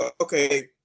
okay